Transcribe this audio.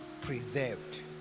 preserved